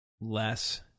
less